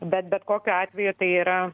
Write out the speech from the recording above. bet bet kokiu atveju tai yra